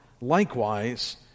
Likewise